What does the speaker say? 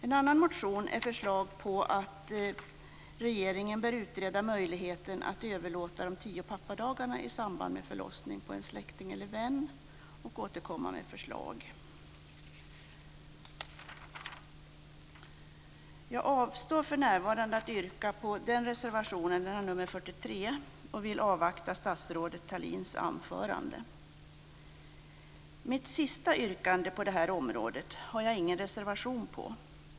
En annan motion innehåller förslag på att regeringen bör utreda möjligheten att överlåta de tio pappadagarna i samband med förlossning på en släkting eller vän och återkomma med förslag. Jag avstår för närvarande från att yrka bifall till reservation 43, jag avvaktar statsrådet Thaléns anförande. Mitt sista yrkande i min motion på detta område har jag ingen reservation på.